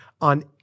on